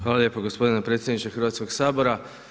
Hvala lijepo gospodine predsjedniče Hrvatskog sabora.